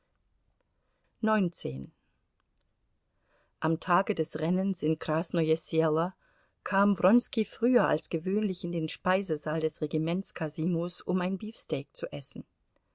am tage des rennens in krasnoje selo kam wronski früher als gewöhnlich in den speisesaal des regimentskasinos um ein beefsteak zu essen